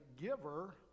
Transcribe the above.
giver